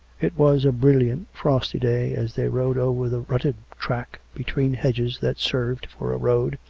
it was a brilliant frosty day, as they rode over the rutted track between hedges that served for a road,